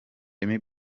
remy